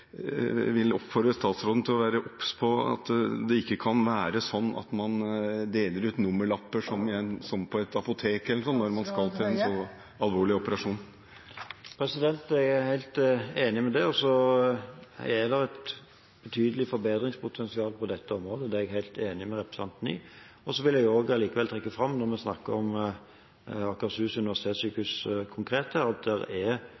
vil oppfordre statsråden til å være obs på at det ikke kan være sånn at man deler ut nummerlapper som på et apotek, når man skal gjennomgå alvorlig operasjon. Jeg er helt enig i det, og det er et betydelig forbedringspotensial på dette området – det er jeg helt enig med representanten i. Når vi snakker konkret om Akershus universitetssykehus, vil jeg likevel trekke fram